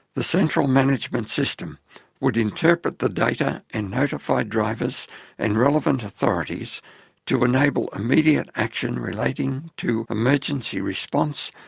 the central management system would interpret the data and notify drivers and relevant authorities to enable immediate action relating to emergency response,